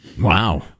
Wow